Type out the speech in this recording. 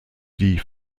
die